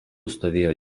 stovėjo